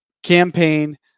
Campaign